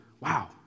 Wow